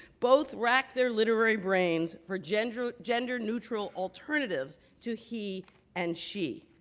both racked their literary brains for gender gender neutral alternatives to he and she.